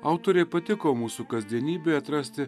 autorei patiko mūsų kasdienybėj atrasti